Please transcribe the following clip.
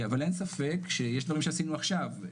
אבל אין ספק שיש דברים שעשינו עכשיו,